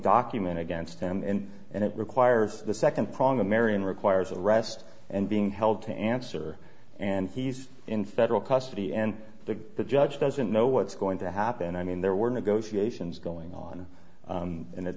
document against them and and it requires the second prong omarion requires arrest and being held to answer and he's in federal custody and the judge doesn't know what's going to happen i mean there were negotiations going on and at